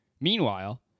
meanwhile